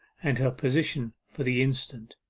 and her position for the instant.